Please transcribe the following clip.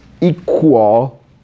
equal